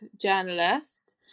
journalist